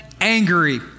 angry